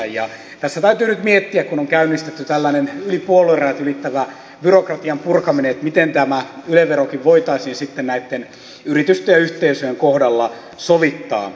tässä täytyy nyt miettiä kun on käynnistetty tällainen puoluerajat ylittävä byrokratian purkaminen että miten tämä yle verokin voitaisiin sitten näitten yritysten ja yhteisöjen kohdalla sovittaa